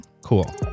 Cool